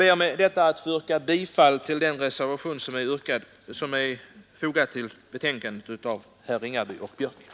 Med det anförda ber jag att få yrka bifall till den reservation som fogats till utskottets betänkande av herr Ringaby och herr Björck i Nässjö.